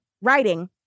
writing